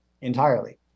entirely